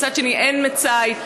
מצד שני אין מצאי,